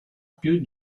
più